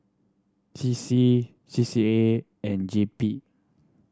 C C C C A and J P